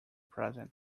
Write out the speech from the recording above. present